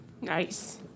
Nice